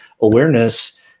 Awareness